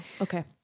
okay